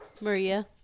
maria